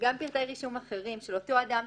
גם פרטי רישום אחרים של אותו אדם,